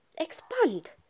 expand